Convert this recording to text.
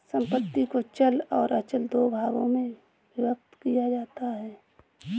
संपत्ति को चल और अचल दो भागों में विभक्त किया जाता है